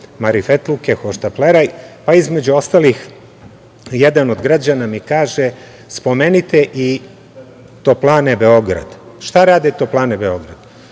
marifetluke, hoštapleraj, pa između ostalih jedan od građana mi kaže spomenite i toplane Beograda. Šta rade toplane Beograd?